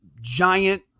giant